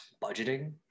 budgeting